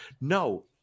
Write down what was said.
No